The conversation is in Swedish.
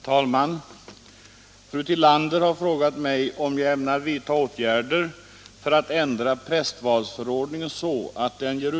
Tjänst som sjömanspräst accepteras inte f.n. som behörighetsgrundande enligt prästvalsförordningen 1 kap. 1.